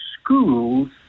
schools